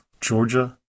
Georgia